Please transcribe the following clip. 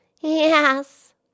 Yes